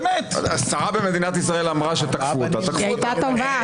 אם שרה במדינת ישראל אמרה שתקפו אותה אז תקפו אותה.